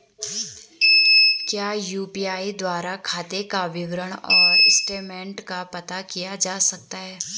क्या यु.पी.आई द्वारा खाते का विवरण और स्टेटमेंट का पता किया जा सकता है?